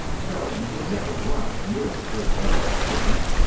terrans were never allowed near the great martian cities,